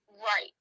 right